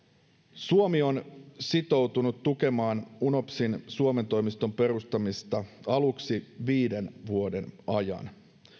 suomi on sitoutunut tukemaan unopsin suomen toimiston perustamista aluksi viiden vuoden ajan